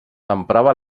emprava